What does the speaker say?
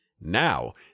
Now